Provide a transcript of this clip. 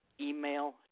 email